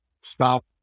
stop